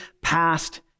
past